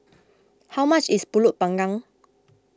how much is Pulut Panggang